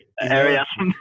areas